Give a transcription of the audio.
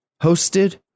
hosted